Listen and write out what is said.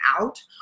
out